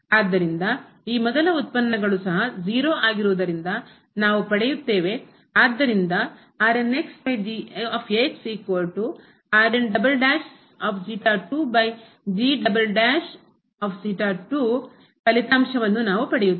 ಆದ್ದರಿಂದ ಈ ಮೊದಲ ಉತ್ಪನ್ನಗಳು ಸಹ 0 ಆಗಿರುವುದರಿಂದ ನಾವು ಪಡೆಯುತ್ತೇವೆ ಆದ್ದರಿಂದ ಫಲಿತಾಂಶವನ್ನು ನಾವು ಪಡೆಯುತ್ತೇವೆ